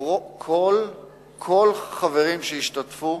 כל החברים שהשתתפו